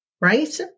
right